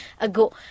ago